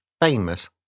famous